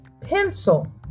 Pencil